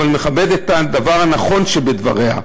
אני מכבד את הדבר הנכון בדבריה,